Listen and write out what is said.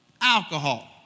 alcohol